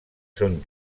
són